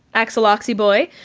axel oxy-boy,